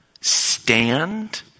stand